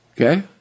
Okay